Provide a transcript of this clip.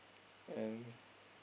and